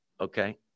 Okay